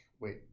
Wait